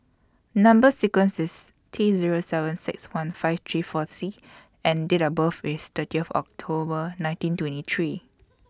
Number sequence IS T Zero seven six one five three four C and Date of birth IS thirty of October nineteen twenty three